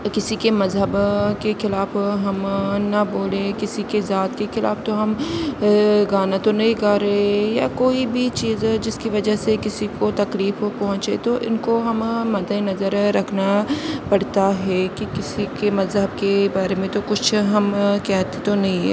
کسی کے مذہب کے خلاف ہم نہ بولے کسی کے ذات کے خلاف تو ہم گانا تو نہیں گا رہے ہیں یا کوئی بھی چیز جس کی وجہ سے کسی کو تکلیف پہنچے تو ان کو ہم مد نظر رکھنا پڑتا ہے کہ کسی کے مذہب کے بارے میں تو کچھ ہم کہتے تو نہیں ہیں